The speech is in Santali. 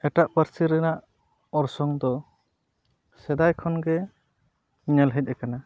ᱮᱴᱟᱜ ᱯᱟᱹᱨᱥᱤ ᱨᱮᱱᱟᱜ ᱚᱨᱥᱚᱝ ᱫᱚ ᱥᱮᱫᱟᱭ ᱠᱷᱚᱱᱜᱮ ᱧᱮᱞ ᱦᱮᱡ ᱟᱠᱟᱱᱟ